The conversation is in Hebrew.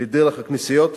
לדרך הכנסיות,